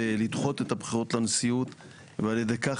לדחות את הבחירות לנשיאות ועל ידי כך